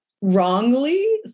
wrongly